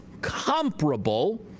comparable